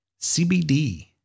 CBD